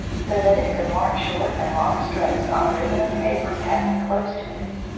so that it could mark short and long strokes on a ribbon of paper passing close to it.